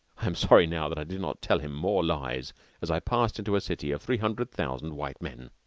i am sorry now that i did not tell him more lies as i passed into a city of three hundred thousand white men.